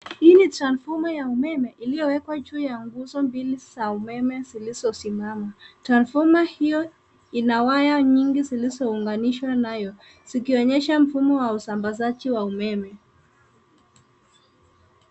Hii ni transfomer ya umeme, iliyowekwa juu ya nguzo mbili za umeme zilizosimama. Transformer hio ina waya nyingi zilizounganishwa nayo, zikionyesha mfumo wa usambazaji wa umeme.